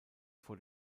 vor